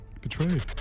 betrayed